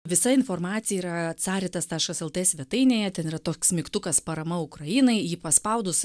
visa informacija yra caritas taškas lt svetainėje ten yra toks mygtukas parama ukrainai jį paspaudus